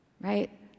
right